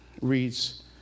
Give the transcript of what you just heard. reads